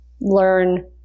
learn